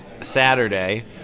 Saturday